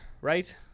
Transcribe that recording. right